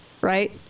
right